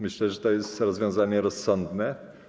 Myślę, że to jest rozwiązanie rozsądne.